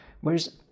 Whereas